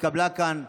התקבלה כאן בקשה,